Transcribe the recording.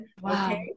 Wow